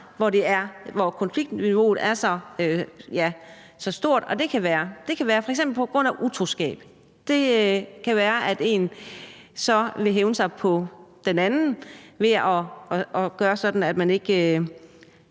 hvor konfliktniveauet er så højt, og det kan f.eks. være på grund af utroskab. Det kan være, at den ene så vil hævne sig på den anden ved at gøre sådan, at man ikke